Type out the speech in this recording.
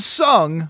sung